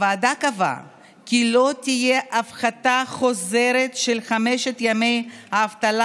הוועדה קבעה כי לא תהיה הפחתה חוזרת של חמשת ימי האבטלה